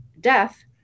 death